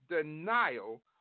denial